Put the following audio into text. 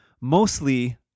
Mostly